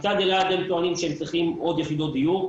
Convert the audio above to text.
מצד אלעד הם טוענים שהם צריכים עוד יחידות דיור.